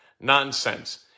nonsense